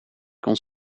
kon